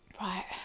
Right